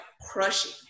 crushing